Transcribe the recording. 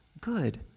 good